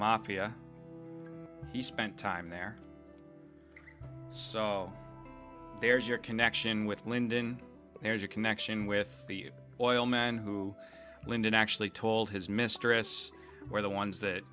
mafia he spent time there so there's your connection with lyndon there's a connection with the oil man who lyndon actually told his mistress or the ones